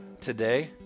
today